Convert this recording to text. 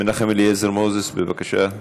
מנחם אליעזר מוזס, בבקשה,